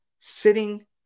Sitting